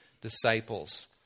disciples